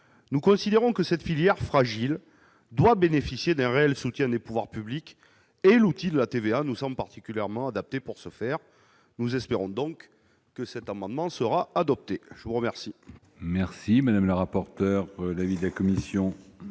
Nous considérons que cette filière fragile doit bénéficier d'un réel soutien des pouvoirs publics et l'outil de la TVA nous semble particulièrement adapté pour ce faire. Nous espérons donc que cet amendement sera adopté. Quel